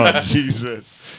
jesus